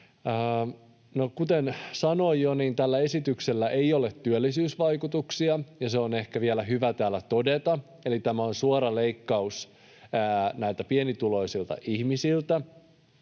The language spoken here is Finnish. Kuten sanoin jo, tällä esityksellä ei ole työllisyysvaikutuksia, ja se on ehkä vielä hyvä täällä todeta, eli tämä on suora leikkaus pienituloisilta ihmisiltä.